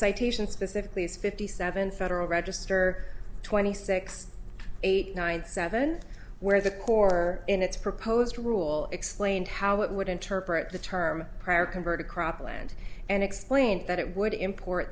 citation specifically has fifty seven federal register twenty six eight nine seven where the corps in its proposed rule explained how it would interpret the term prior converted cropland and explained that it would import